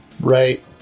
Right